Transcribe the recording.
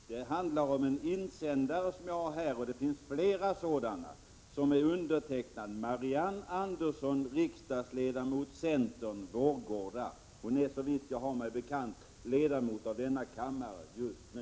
Fru talman! Det handlar om flera insändare, och jag har här en som är undertecknad av Marianne Andersson, riksdagsledamot för centern, Vårgårda. Hon är, såvitt jag vet, ledamot av denna kammare just nu.